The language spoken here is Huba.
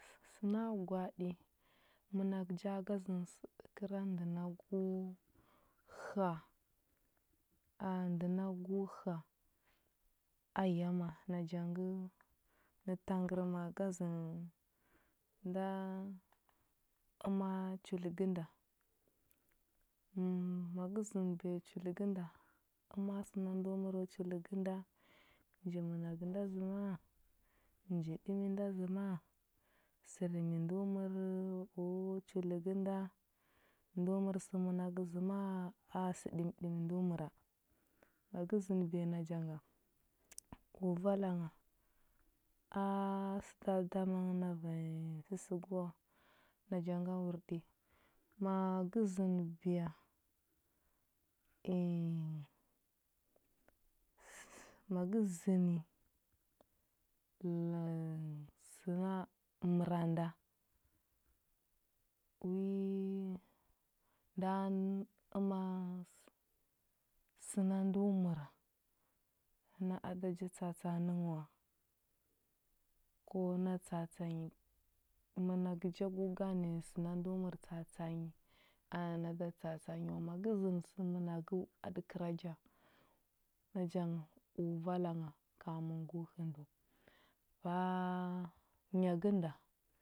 Səna gwaaɗi mənagə ja ga zənə sə ɗə kəra ndə na gu həa, a ndə na gu həa ayama. naja ngə, nə tangərma ga zənə nda ama chuli gənda, əm ma gə zənəbiya chul gənda, əma səna ndo məro chul gənda? Nji mənagə nda zəma? Nji ɗimi nda zəma? Sər mi ndo mər u chul gənda? Ndo mər sə mənagə zəmaa, aa sə ɗimiɗimi do məra? Ma gə zənəbiya naja nga, u vala ngha. A səda dama nghə na vanyi sə səgə wa. Naja nga wurɗi. Ma gə zənəbiya, i, səsə ma gə zəni, səna məra nda, wi nda əma səna ndo məra, na a da ja tsa atsa a nə nghə wa, ko na tsatsa a nyi. mənagə ja gu gane səna ndo mər tsatsa a nyi ana na da tsatsa a yi wa. Ma gə zən sə mənagəu a ɗə kəra ja, naja nga u vala ngha kamən gu hə ndəu. Ba nya gənda